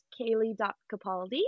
Kaylee.Capaldi